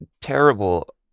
terrible